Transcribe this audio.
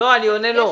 לא, אני עונה לו.